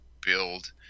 build